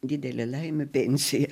didelė laimė pensija